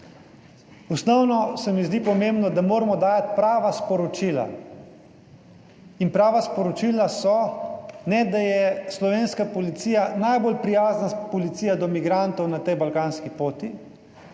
Osnovno se mi zdi pomembno, da moramo dajati prava sporočila in prava sporočila so, ne da je slovenska policija najbolj prijazna policija do migrantov na tej balkanski poti,